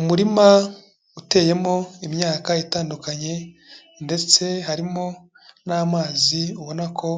Umurima uteyemo imyaka itandukanye ndetse harimo n'amazi ubona ko